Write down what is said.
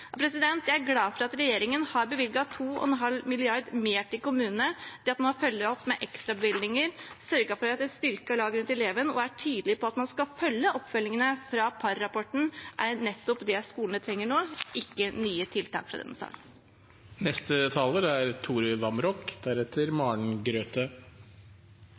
Jeg er glad for at regjeringen har bevilget to en halv milliard mer til kommunene. At man har fulgt opp med ekstrabevilgninger, sørget for et styrket lag rundt eleven og er tydelig på at man skal følge opp føringene fra Parr-rapporten, er nettopp det skolene trenger nå – ikke nye tiltak fra denne salen. Vi har to år med pandemi bak oss. Det er